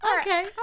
Okay